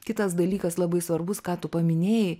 kitas dalykas labai svarbus ką tu paminėjai